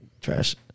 trash